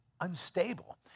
unstable